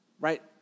right